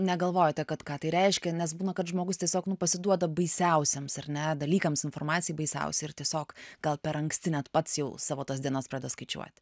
negalvojote kad ką tai reiškia nes būna kad žmogus tiesiog pasiduoda baisiausiems ar ne dalykams informacijai baisiausiai ir tiesiog gal per anksti net pats jau savo tas dienas pradeda skaičiuot